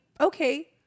okay